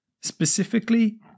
Specifically